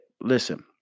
Listen